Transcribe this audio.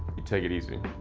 you take it easy.